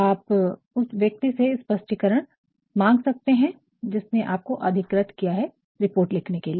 आप उस व्यक्ति से स्पष्टीकरण मांग सकते है जिसने आपको अधिकृत किया है रिपोर्ट लिखने के लिए